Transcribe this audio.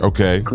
Okay